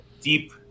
deep –